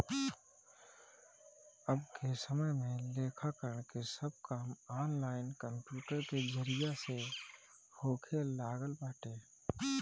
अबके समय में लेखाकरण के सब काम ऑनलाइन कंप्यूटर के जरिया से होखे लागल बाटे